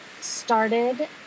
started